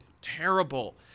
terrible